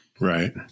Right